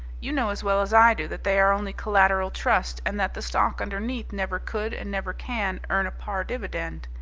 you know as well as i do that they are only collateral trust, and that the stock underneath never could and never can earn a par dividend.